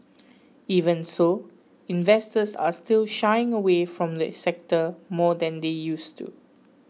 even so investors are still shying away from the sector more than they used to